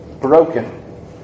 broken